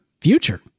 future